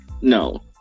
No